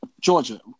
Georgia